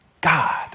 God